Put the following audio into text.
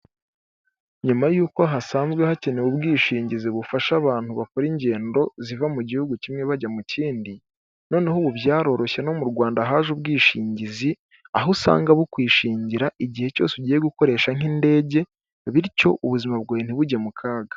Nyuma y'uko hasanzwe hakenewe ubwishingizi bufasha abantu bakora ingendo ziva mu gihugu kimwe bajya mu kindi, noneho ubu byaroroshye no mu Rwanda haje ubwishingizi, aho usanga bukwishingira igihe cyose ugiye gukoresha nk'indege, bityo ubuzima bwawe ntibujye mu kaga.